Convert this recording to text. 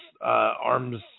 arms